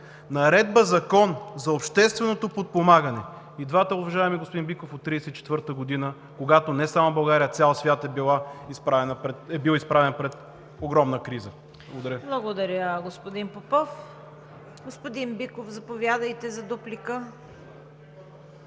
Наредба-закон за общественото подпомагане. И двата, уважаеми господин Биков, са от 1934 г., когато не само България, а цял свят е бил изправен пред огромна криза. Благодаря. ПРЕДСЕДАТЕЛ ЦВЕТА КАРАЯНЧЕВА: Благодаря, господин Попов. Господин Биков, заповядайте за дуплика.